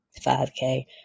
5K